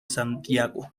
santiago